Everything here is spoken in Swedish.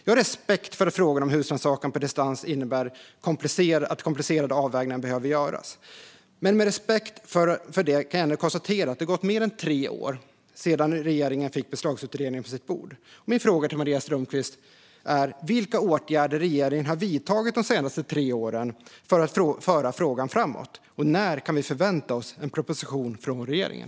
Jag har respekt för att frågan om husrannsakan på distans innebär att komplicerade avvägningar behöver göras. Med denna respekt kan jag ändå konstatera att det har gått mer än tre år sedan regeringen fick betänkandet från Beslagsutredningen på sitt bord. Min fråga till Maria Strömkvist är vilka åtgärder regeringen har vidtagit de senaste tre åren för att föra frågan framåt och när vi kan förvänta oss en proposition från regeringen.